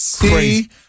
Crazy